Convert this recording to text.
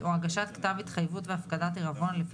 גוף נותן הכשר או מועצה דתית מוסמכת ומשגיח מטעמם ינקטו